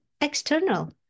external